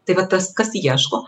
tai vat tas kas ieško